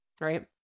right